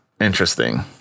interesting